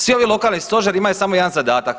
Svi ovi lokalni stožeri imaju samo jedan zadatak.